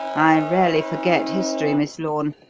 i rarely forget history, miss lorne,